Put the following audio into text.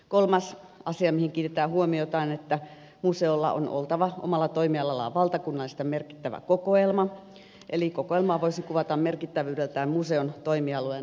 kolmas asia mihin kiinnitetään huomiota on että museolla on oltava omalla toimialallaan valtakunnallisesti merkittävä kokoelma eli kokoelmaa voisi kuvata merkittävyydeltään museon toimialueen kansalliskokoelmaksi